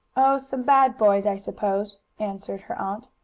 oh, some bad boys, i suppose, answered her aunt.